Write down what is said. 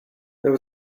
there